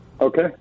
okay